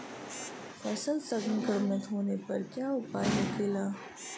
फसल संक्रमित होने पर क्या उपाय होखेला?